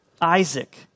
Isaac